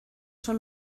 son